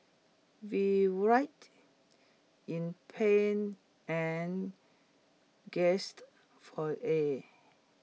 we've writhed in pain and gasped for air